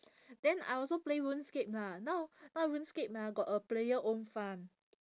then I also play RuneScape lah now now RuneScape ah got a player own farm